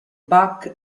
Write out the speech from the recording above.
bach